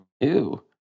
Ew